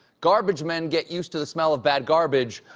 garbage men get used to the smell of bad garbage.